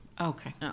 Okay